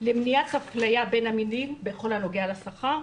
למניעת אפליה בין המינים בכל הנוגע לשכר.